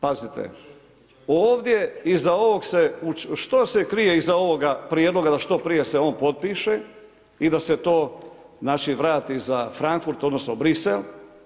Pazite ovdje iza ovog se, što se krije iza ovoga prijedloga da što prije se on potpiše i da se to naši vrate za Frankfurt, odnosno Bruxelles.